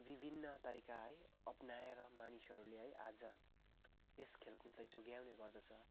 विभिन्न तरिका है अप्नाएर है मानिसहरूले आज यस खेलकुदलाई जोगाउने गर्दछ